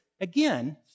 again